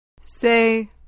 Say